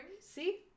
see